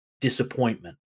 disappointment